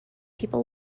people